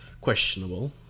questionable